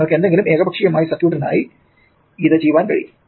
നിങ്ങൾക്ക് ഏതെങ്കിലും ഏകപക്ഷീയമായ സർക്യൂട്ടിനായി ഇത് ചെയ്യാൻ കഴിയും